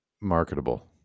marketable